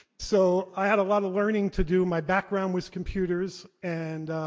so, i had a lot of learning to do. my background was computers. and